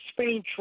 Spain